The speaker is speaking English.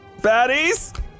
Baddies